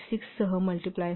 6 सह मल्टिप्लाय होईल